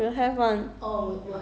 ya